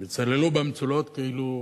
וצללו במצולות כאילו